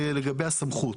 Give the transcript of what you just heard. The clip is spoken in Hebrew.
לגבי הסמכות.